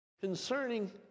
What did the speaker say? concerning